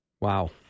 Wow